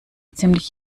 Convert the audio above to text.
ziemlich